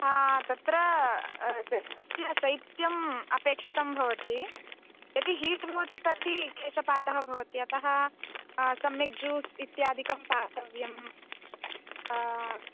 तत्र देहस्य शैत्यम् अपेक्षितं भवति यदि हीट् भवति तर्हि केशपाकः भवत्येव अतः सम्यक् ज्यूस् इत्यादिकं पातव्यम्